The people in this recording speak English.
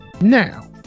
now